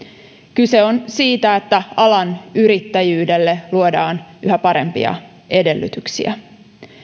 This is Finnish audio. kyse on siitä että alan yrittäjyydelle luodaan yhä parempia edellytyksiä